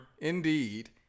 Indeed